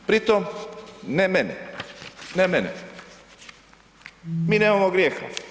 Pri tom ne mene, ne mene, mi nemamo grijeha.